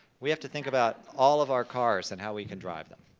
we have to think about all of our cars and how we can drive them.